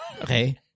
Okay